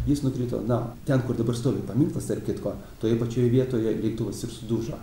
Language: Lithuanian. jis nukrito na ten kur dabar stovi paminklas tarp kitko toje pačioje vietoje lėktuvas ir sudužo